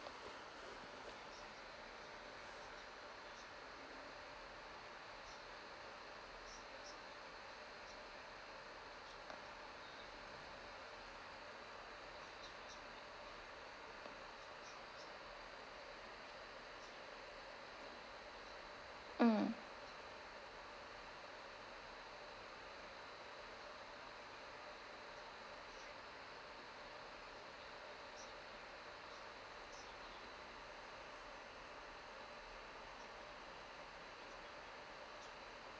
mm